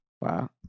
Wow